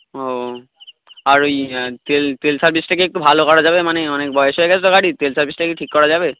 ও আর ওই তেল তেল সার্ভিসটাকে একটু ভালো করা যাবে মানে অনেক বয়স হয়ে গেছে তো গাড়ির তেলটা সার্ভিসটা কি ঠিক করা যাবে